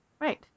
right